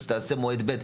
אז תעשה מועד ב'.